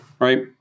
Right